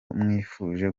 mwifuje